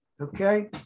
okay